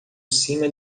cima